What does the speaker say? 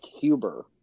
Huber